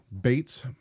Bates